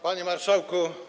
Panie Marszałku!